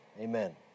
Amen